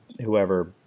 whoever